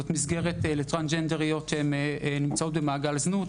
מסגרת לטרנסג'נדריות שנמצאות במעגל זנות